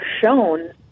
shown